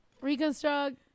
Reconstruct